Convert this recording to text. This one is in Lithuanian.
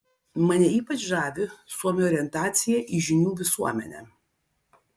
mane ypač žavi suomių orientacija į žinių visuomenę